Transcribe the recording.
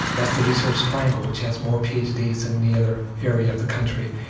that's the research triangle, which has more ph d s than any other area of the country.